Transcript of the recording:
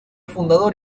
fundador